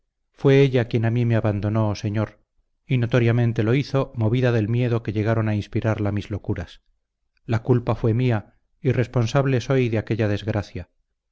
fue ella quien a mí me abandonó señor y notoriamente lo hizo movida del miedo que llegaron a inspirarla mis locuras la culpa fue mía y responsable soy de aquella desgracia